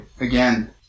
again